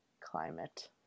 climate